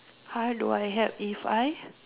how I do I help if I